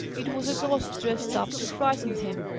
it was a ghost dressed up to frighten him,